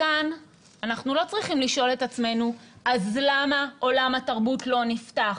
כאן אנחנו לא צריכים לשאול את עצמנו אז למה עולם התרבות לא נפתח?